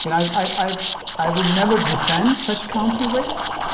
i i will never defend such counterweights,